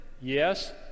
Yes